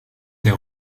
der